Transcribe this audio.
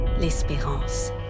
L'espérance